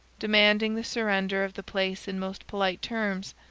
demanding the surrender of the place in most polite terms.